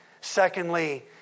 Secondly